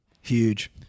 Huge